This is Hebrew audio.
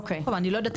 אני לא יודעת,